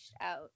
out